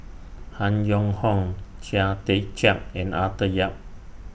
Han Yong Hong Chia Tee Chiak and Arthur Yap